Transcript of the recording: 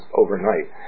overnight